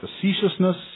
facetiousness